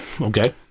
Okay